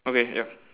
okay ya